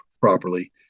properly